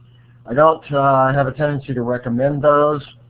i don't have a tendency to recommend those.